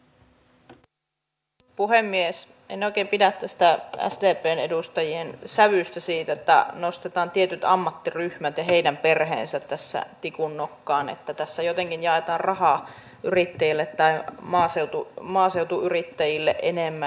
en oikein pidä tästä sdpn edustajien sävystä siitä että nostetaan tietyt ammattiryhmät ja heidän perheensä tässä tikunnokkaan että tässä jotenkin jaetaan rahaa yrittäjille tai maaseutuyrittäjille enemmän